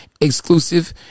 exclusive